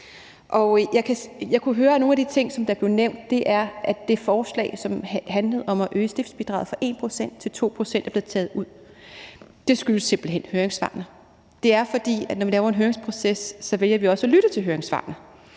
Jeg kunne høre, at nogle af de ting, som blev nævnt, er, at det forslag, som handlede om at øge stiftsbidraget fra 1 pct. til 2 pct., er blevet taget ud, og det skyldes simpelt hen høringssvarene. For når vi laver en høringsproces, vælger vi også at lytte til høringssvarene,